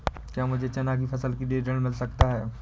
क्या मुझे चना की फसल के लिए ऋण मिल सकता है?